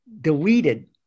deleted